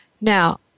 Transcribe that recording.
Now